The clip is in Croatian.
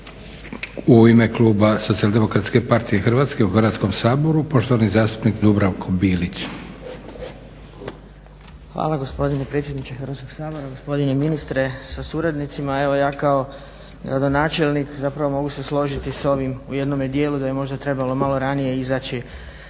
U ime kluba SDP-a u Hrvatskom saboru poštovani zastupnik Dubravko Bilić. **Bilić, Dubravko (SDP)** Hvala gospodine predsjedniče Hrvatskog sabora, gospodine ministre sa suradnicima. Evo ja kao gradonačelnik zapravo mogu se složiti s ovim u jednome dijelu da je možda trebalo malo ranije izaći